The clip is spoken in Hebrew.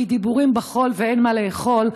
כי דיבורים כמו חול ואין מה לאכול,